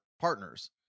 partners